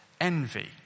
envy